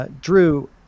Drew